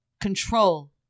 Control